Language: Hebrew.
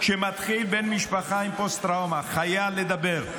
כשמתחיל בן משפחה עם פוסט-טראומה, הוא חייב לדבר,